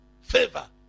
Favor